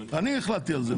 אני החלטתי על זה.